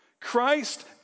Christ